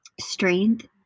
strength